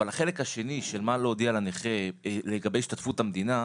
החלק השני, מה להודיע לנכה, לגבי השתתפות המדינה,